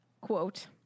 quote